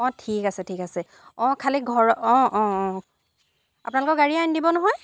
অঁ ঠিক আছে ঠিক আছে অঁ খালি ঘৰ অঁ অঁ অঁ আপোনালোকৰ গাড়ীয়ে আনি দিব নহয়